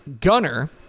Gunner